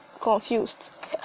confused